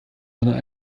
sondern